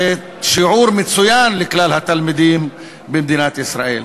זה שיעור מצוין לכלל התלמידים במדינת ישראל.